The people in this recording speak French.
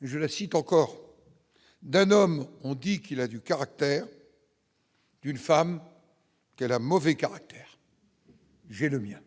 je la cite encore d'un homme, on dit qu'il a du caractère. Une femme qu'elle a mauvais caractère. J'ai le mien.